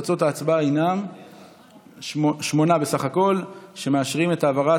תוצאות ההצבעה הם שמונה בסך הכול שמאשרים את העברת